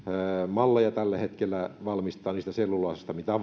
malleja tällä hetkellä valmistaa siitä selluloosasta mitä